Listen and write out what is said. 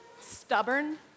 stubborn